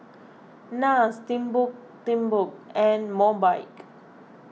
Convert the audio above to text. Nars Timbuk Timbuk and Mobike